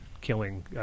killing